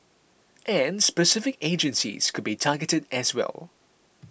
and specific agencies could be targeted as well